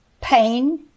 pain